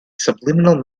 subliminal